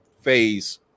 phase